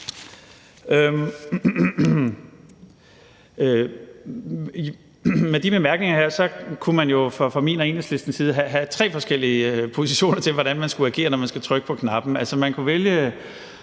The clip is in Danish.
Med de bemærkninger her kan man jo fra min og Enhedslistens side have tre forskellige positioner til, hvordan man skal agere, når man skal trykke på knappen.